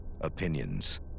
opinions